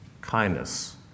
kindness